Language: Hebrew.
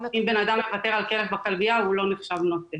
אם בנאדם מוותר על כלב בכלביה הוא לא נחשב נוטש.